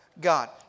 God